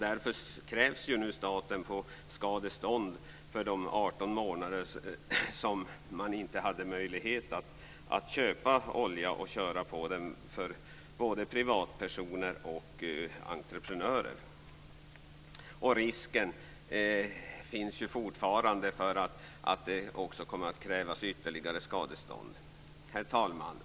Därför krävs nu staten på skadestånd för de 18 månader då man inte hade möjlighet att köpa olja och köra på den. Det gäller både privatpersoner och entreprenörer. Risken finns fortfarande att det kommer att krävas ytterligare skadestånd.